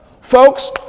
Folks